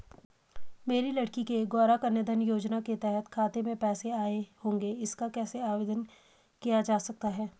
मेरी लड़की के गौंरा कन्याधन योजना के तहत खाते में पैसे आए होंगे इसका कैसे आवेदन किया जा सकता है?